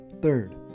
Third